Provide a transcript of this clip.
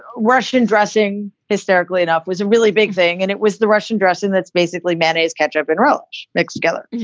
russian dressing hysterically enough was a really big thing. and it was the russian dressing that's basically manet's ketchup and relish mixed together.